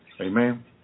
Amen